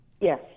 Yes